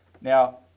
Now